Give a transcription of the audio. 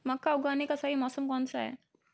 मक्का उगाने का सही मौसम कौनसा है?